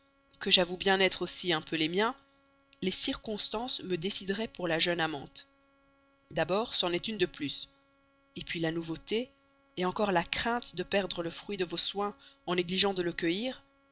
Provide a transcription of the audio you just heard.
que j'avoue bien aussi un peu les miens les circonstances me décideraient pour la jeune amante d'abord c'en est une de plus puis la nouveauté encore la crainte de perdre le fruit de vos soins en négligeant de le cueillir